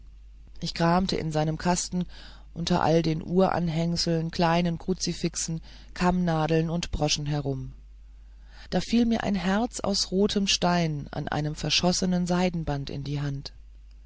ich kramte in seinem kasten unter all den uhranhängseln kleinen kruzifixen kammnadeln und broschen herum da fiel mir ein herz aus rotem stein an einem verschossenen seidenbande in die hand